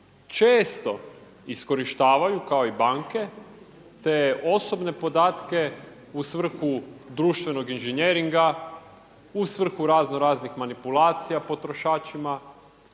često iskorištavaju kao i banke te osobne podatke u svrhu društvenog inženjeringa, u svrhu razno raznih manipulacija potrošačima,